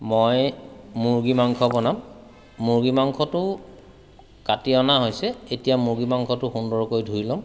মই মুৰ্গী মাংস বনাম মুৰ্গী মাংসটো কাটি অনা হৈছে এতিয়া মুৰ্গী মাংসটো সুন্দৰকৈ ধুই লম